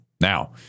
now